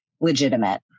legitimate